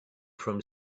from